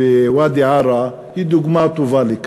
בוואדי-עארה היא דוגמה טובה לכך.